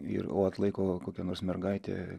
ir o atlaiko kokia nors mergaitė